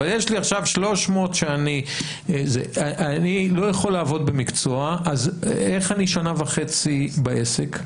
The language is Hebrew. אני לא יכול לעבוד במקצוע, איך אני שנה וחצי בעסק?